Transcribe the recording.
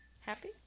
happy